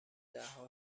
دهها